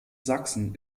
sachsen